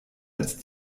als